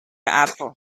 apple